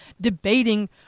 debating